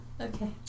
okay